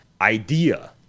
idea